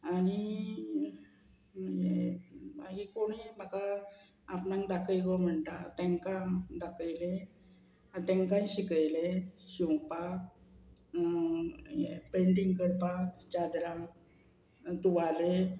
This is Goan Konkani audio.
आनी मागीर कोणीय म्हाका आपणाक दाखय गो म्हणटा तांकां दाखयलें आनी तेंकांय शिकयलें शिंवपाक पेंटींग करपाक चादरां तुवालें